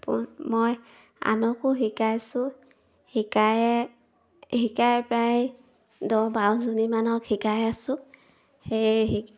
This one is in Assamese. পোন মই আনকো শিকাইছোঁ শিকায়ে শিকাই প্ৰায় দহ বাৰজনীমানক শিকাই আছোঁ সেই